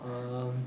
um